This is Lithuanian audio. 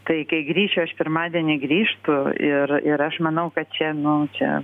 tai kai grįšiu aš pirmadienį grįžtu ir ir aš manau kad čia nu čia